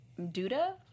Duda